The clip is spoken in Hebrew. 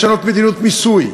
לשנות מדיניות מיסוי,